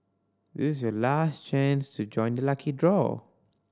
this is your last chance to join the lucky draw